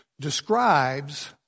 describes